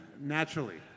naturally